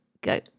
go